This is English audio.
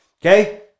okay